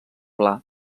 pla